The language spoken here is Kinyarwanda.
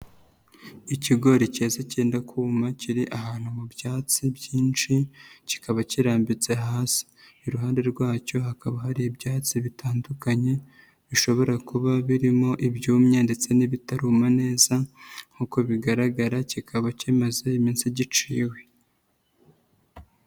Ikigori cyeza cyenda kuma, kiri ahantu mu byatsi byinshi, kikaba kirambitse hasi. Iruhande rwacyo hakaba hari ibyatsi bitandukanye, bishobora kuba birimo ibyumye ndetse n'ibitaruma neza nk'uko bigaragara kikaba kimaze iminsi giciwe.